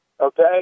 okay